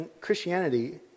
Christianity